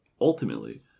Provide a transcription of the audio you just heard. ultimately